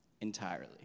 entirely